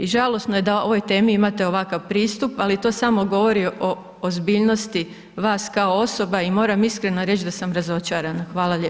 I žalosno je da ovoj temi imate ovakav pristup ali to samo govori o ozbiljnosti vas kao osoba i moram iskreno reći da sam razočarana, hvala lijepa.